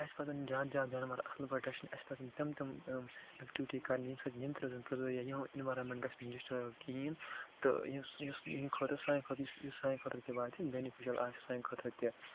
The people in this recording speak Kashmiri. اَسہِ پَزَن زیادٕ زیادٕ جاناوَار اَصٕل پٲٹھۍ رَچھنہٕ اَسہِ پَزَن تِم تِم یِم اٮ۪کٹیوٗٹی کَرٕنہِ ییٚمہِ سۭتۍ یِم تہِ روزَن یا یِہُنٛد اٮ۪نوارامیٚنٹ گژھِ نہ ڈِسٹٲرٕب کِہیٖنۍ تہٕ یُس یُس ییٚمہِ خٲطرٕ یُس سانہِ خٲطرٕ تہِ واتہِ بٮ۪نِفِشَل آسہِ سانہِ خٲطرٕ تہِ